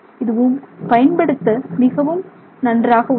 இது பயன்படுத்த மிகவும் நன்றாக உள்ளது